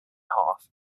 half